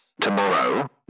tomorrow